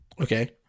Okay